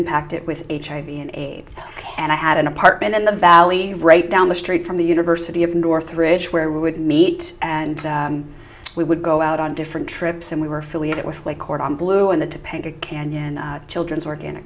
impacted with hiv aids and i had an apartment in the valley right down the street from the university of north ridge where we would meet and we would go out on different trips and we were affiliated with like cord on blue and the to paint a canyon children's work in a